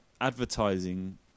advertising